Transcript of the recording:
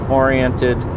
oriented